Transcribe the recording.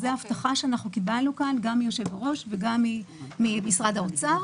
זו הבטחה שקיבלנו גם מן היושב-ראש וגם ממשרד האוצר,